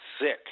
sick